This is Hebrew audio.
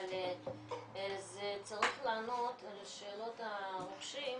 אבל זה צריך לענות על שאלות הרוכשים,